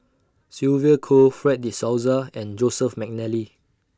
Sylvia Kho Fred De Souza and Joseph Mcnally